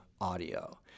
audio